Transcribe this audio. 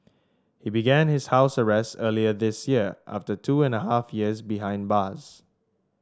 he began his house arrest earlier this year after two and a half years behind bars